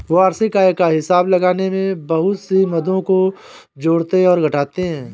वार्षिक आय का हिसाब लगाने में बहुत सी मदों को जोड़ते और घटाते है